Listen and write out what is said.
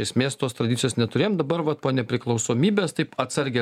esmės tos tradicijos neturėjom dabar vat po nepriklausomybės taip atsargiai